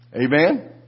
Amen